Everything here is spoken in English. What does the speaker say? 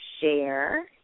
share